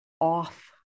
off